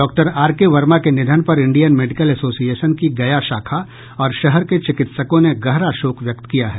doctor R K Verma के निधन पर इंडियन मेडिकल एसोसिशएन की गया शाखा और शहर के चिकित्सकों ने गहरा शोक व्यक्त किया है